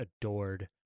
adored